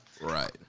Right